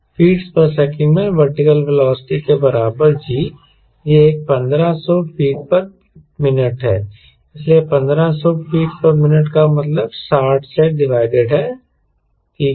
fts में vertical velocity के बराबर G यह एक 1500 फीट मिनट है इसलिए 1500 फीट मिनट का मतलब 60 से डिवाइडेड है ठीक है